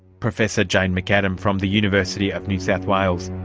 professor jane mcadam from the university of new south wales.